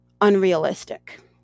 unrealistic